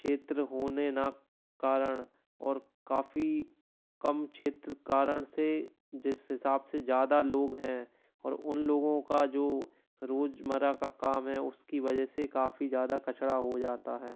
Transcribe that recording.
क्षेत्र होने ना कारण और काफ़ी कम क्षेत्र कारण से जिस हिसाब से ज़्यादा लोग हैं और उन लोगों का जो रोज़मर्रा का काम है उसकी वजह से काफ़ी ज़्यादा कचड़ा हो जाता है